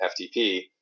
FTP